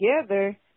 together